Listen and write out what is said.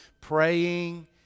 praying